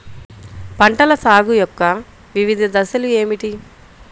పంటల సాగు యొక్క వివిధ దశలు ఏమిటి?